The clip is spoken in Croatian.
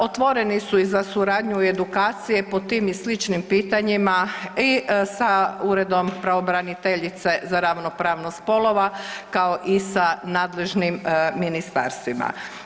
Otvoreni su i za suradnju i edukacije po tim i sličnim pitanjima i sa Uredom pravobraniteljice za ravnopravnost spolova kao i sa nadležnim ministarstvima.